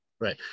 Right